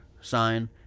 sign